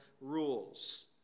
rules